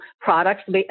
products